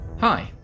Hi